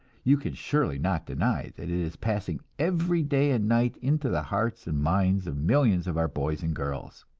you can surely not deny that it is passing every day and night into the hearts and minds of millions of our boys and girls.